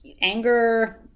anger